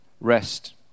rest